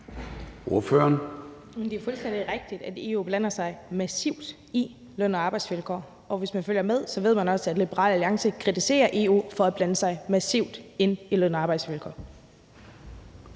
Det er fuldstændig rigtigt, at EU blander sig massivt i løn og arbejdsvilkår, og hvis man følger med, ved man også, at Liberal Alliance kritiserer EU for at blande sig massivt i løn- og arbejdsvilkår.